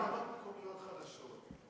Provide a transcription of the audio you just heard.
עשו ועדות מקומיות חדשות,